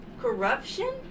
corruption